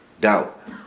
doubt